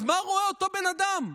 אז מה רואה אותו בן אדם?